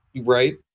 right